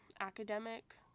academic